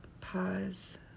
pause